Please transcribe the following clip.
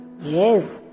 Yes